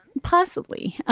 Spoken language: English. possibly.